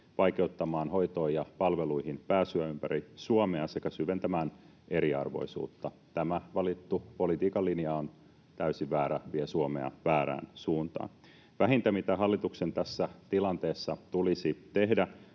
vaikeuttamaan hoitoon ja palveluihin pääsyä ympäri Suomea sekä syventämään eriarvoisuutta. Tämä valittu politiikan linja on täysin väärä, vie Suomea väärään suuntaan. Vähintä, mitä hallituksen tässä tilanteessa tulisi tehdä,